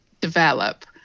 develop